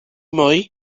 mwy